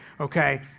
okay